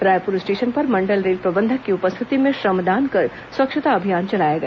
Raipur station पर मंडल rail प्रबंधक की उपस्थिति में श्रमदान कर स्वच्छता अभियान चलाया गया